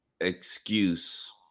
excuse